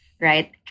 right